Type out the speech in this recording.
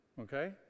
Okay